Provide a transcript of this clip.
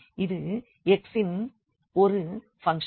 இது x இன் ஒரு பங்க்ஷன்